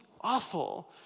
awful